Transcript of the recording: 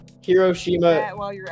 Hiroshima